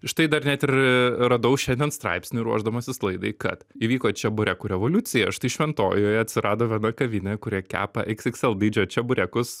štai dar net ir radau šiandien straipsnį ruošdamasis laidai kad įvyko čeburekų revoliucija štai šventojoje atsirado viena kavinė kuri kepa iks iks l dydžio čeburekus